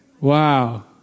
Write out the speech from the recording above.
Wow